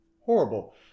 horrible